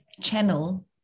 channel